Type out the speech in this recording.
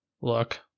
look